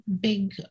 big